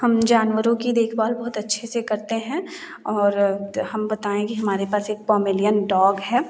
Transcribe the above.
हम जानवरों की देखभाल बहुत अच्छे से करते हैं और हम बताएँ कि हमारे पास एक पोमेरेनियन डॉग है